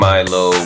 Milo